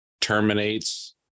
terminates